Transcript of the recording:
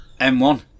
M1